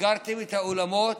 סגרתם את האולמות?